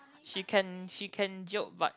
she can she can joke but